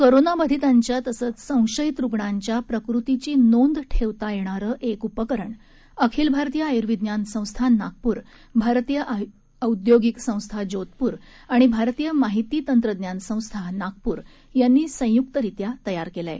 कोरोनाबाधिंतांच्या तसंच संशयित रुग्णांच्या प्रक़तीची नोंद ठेवता येणारं एक उपकरण अखिल भारतीय आय्र्विज्ञान संस्था नागपूर भारतीय औद्योगिक संस्था जोधप्र आणि भारतीय माहिती तंत्रज्ञान संस्था नागप्र यांनी संय्क्तरीत्या तयार केलं आहे